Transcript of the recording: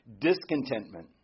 discontentment